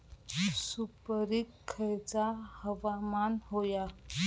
सुपरिक खयचा हवामान होया?